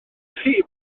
chi